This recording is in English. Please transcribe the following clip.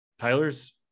Tyler's